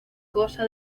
cosa